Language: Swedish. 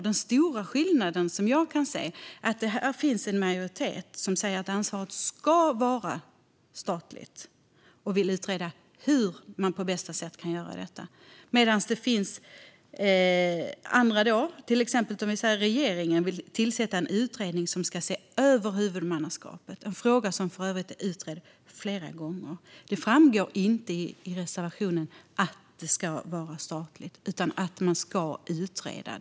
Den största skillnaden är att majoriteten säger att ansvaret ska vara statligt och vill utreda hur det bäst ska gå till medan regeringen vill tillsätta en utredning som ska se över huvudmannaskapet, även om detta redan utretts flera gånger. Det framgår inte i reservationen att det ska vara statligt utan att det ska utredas.